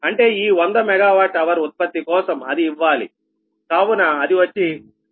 అంటే ఈ 100 MWhఉత్పత్తి కోసం అది ఇవ్వాలి కావున అది వచ్చి 0